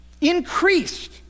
Increased